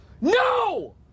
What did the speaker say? no